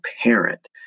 parent